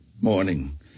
morning